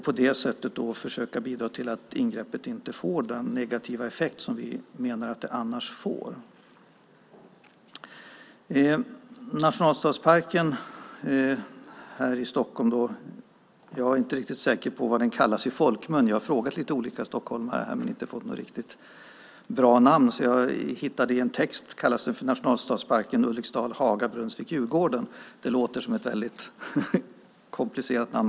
På det sättet försöker vi bidra till att ingreppet inte får den negativa effekt som vi menar att det annars får. Jag är inte riktigt säker på vad nationalstadsparken i Stockholm kallas i folkmun. Jag har frågat stockholmare men inte fått något riktigt bra namn. I en text hittade jag att den kallas för nationalstadsparken Ulriksdal-Haga-Brunnsviken-Djurgården. Det låter som ett komplicerat namn.